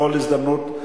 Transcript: בכל הזדמנות,